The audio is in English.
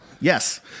Yes